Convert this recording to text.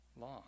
long